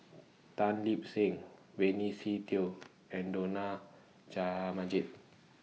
Tan Lip Seng Benny Se Teo and Dollah Jaha Majid